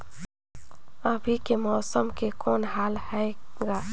अभी के मौसम के कौन हाल हे ग?